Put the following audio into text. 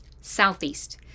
southeast